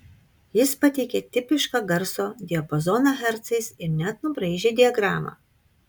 jis pateikė tipišką garso diapazoną hercais ir net nubraižė diagramą